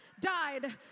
died